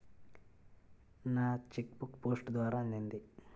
నా cheque book post ద్వారా అందింది